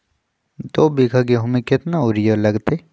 दो बीघा गेंहू में केतना यूरिया लगतै?